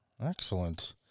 Excellent